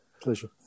Pleasure